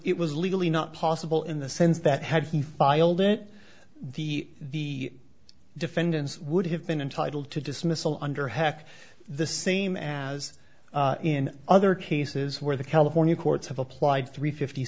it was legally not possible in the sense that had he filed it the defendants would have been entitled to dismissal under heck the same as in other cases where the california courts have applied three fifty